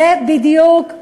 זה בדיוק,